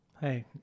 Hey